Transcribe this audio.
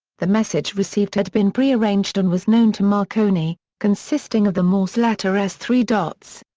the message received had been prearranged and was known to marconi, consisting of the morse letter s three dots.